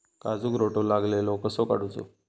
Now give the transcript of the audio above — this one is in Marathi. काजूक रोटो लागलेलो कसो काडूचो?